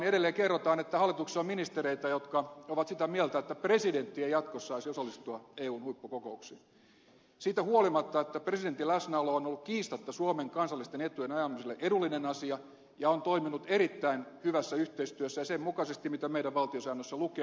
edelleen kerrotaan että hallituksessa on ministereitä jotka ovat sitä mieltä että presidentti ei jatkossa saisi osallistua eun huippukokouksiin siitä huolimatta että presidentin läsnäolo on ollut kiistatta suomen kansallisten etujen ajamiselle edullinen asia ja on toiminut erittäin hyvässä yhteistyössä ja sen mukaisesti mitä meidän valtiosäännössämme lukee ulkopolitiikan johtamisesta